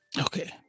Okay